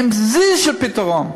אין בדל של פתרון.